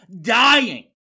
dying